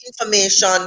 information